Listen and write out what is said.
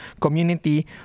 community